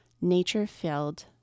nature-filled